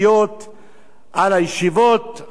על הישיבות, על בחורי הישיבות.